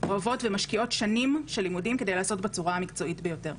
אוהבות ומשקיעות שנים של לימודים כדי לעשות אותה בצורה המקצועית ביותר.